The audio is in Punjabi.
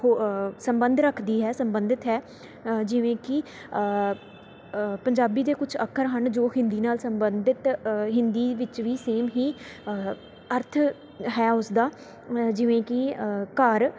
ਸੰਬੰਧ ਰੱਖਦੀ ਹੈ ਸੰਬੰਧਿਤ ਹੈ ਜਿਵੇਂ ਕਿ ਪੰਜਾਬੀ ਦੇ ਕੁਛ ਅੱਖਰ ਹਨ ਜੋ ਹਿੰਦੀ ਨਾਲ ਸੰਬੰਧਿਤ ਹਿੰਦੀ ਵਿੱਚ ਵੀ ਸੇਮ ਹੀ ਅਰਥ ਹੈ ਉਸਦਾ ਜਿਵੇਂ ਕਿ ਘਰ